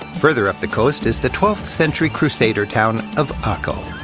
farther up the coast is the twelfth century crusader town of akko.